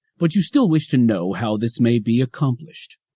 but you still wish to know how this may be accomplished.